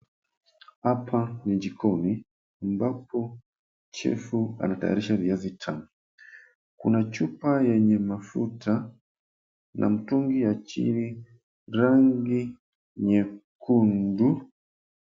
Hapa ni jikoni ambapo chefu anatayarisha viazi tamu, kuna chupa yenye mafuta na mtungi ya chini rangi nyekundu.